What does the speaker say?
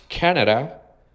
Canada